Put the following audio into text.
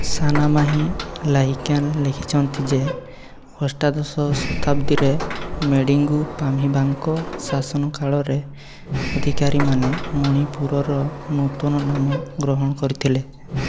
ସାନାମାହି ଲାଇକାନ୍ ଲେଖିଛନ୍ତି ଯେ ଅଷ୍ଟାଦଶ ଶତାବ୍ଦୀରେ ମେଡ଼ିଙ୍ଗୁ ପାମ୍ହିବାଙ୍କ ଶାସନ କାଳରେ ଅଧିକାରୀମାନେ ମଣିପୁରର ନୂତନ ନାମ ଗ୍ରହଣ କରିଥିଲେ